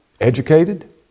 educated